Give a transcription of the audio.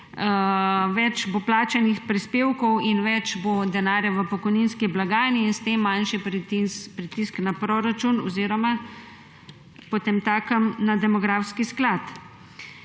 več bo plačanih prispevkov in več bo denarja v pokojninski blagajni in s tem manjši pritisk na proračun oziroma potemtakem na demografski sklad.